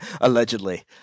allegedly